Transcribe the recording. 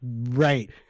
right